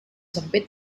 sempit